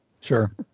Sure